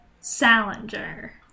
Salinger